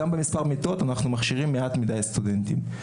גם במספר מיטות אנחנו מכשירים מעט מדי סטודנטים.